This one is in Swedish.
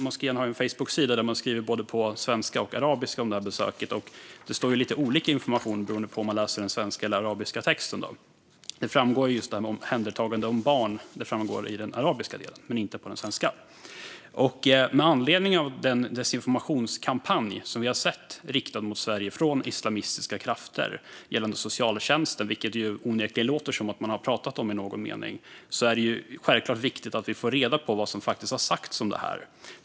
Moskén har en Facebooksida där de skriver både på svenska och på arabiska om besöket, och det är lite olika information beroende på om man läser den svenska eller den arabiska texten. I den arabiska delen framgår just det här med omhändertagande av barn, men det gör det inte i den svenska. Med anledning av den desinformationskampanj som vi har sett riktad mot Sverige från islamistiska krafter gällande socialtjänsten - vilket det onekligen låter som att man har pratat om i någon mening - är det självklart viktigt att vi får reda på vad som faktiskt har sagts om detta.